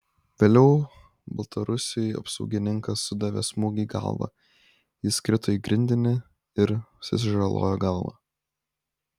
vėliau baltarusiui apsaugininkas sudavė smūgį į galvą jis krito į grindinį ir susižalojo galvą